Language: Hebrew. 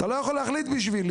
אתה לא יכול להחליט בשבילי